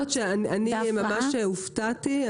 אנחנו פגשנו במסגרת התוכנית ילדה מקסימה --- אני אומרת שממש הופתעתי,